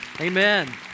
Amen